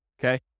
okay